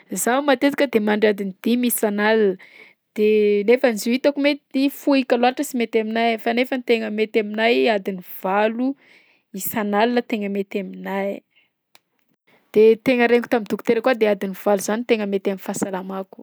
Zaho matetika de mandry adiny dimy isan'alina de nefany izy io hitako mety fohika loatra sy mety aminahy, fa nefa tegna mety aminahy adiny valo isan'alina tegna mety aminahy. De tegna regniko tamin'ny dokotera koa de adiny valo zany tegna mety am'fahasalamako.